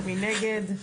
מי נגד?